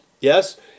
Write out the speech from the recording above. Yes